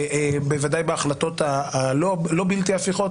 בוודאי בהחלטות שהן לא בלתי הפיכות,